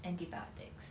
antibiotics